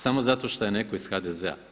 Samo zato što je netko iz HDZ-a.